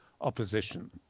opposition